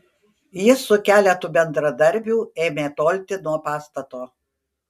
jis su keletu bendradarbių ėmė tolti nuo pastato